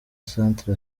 centre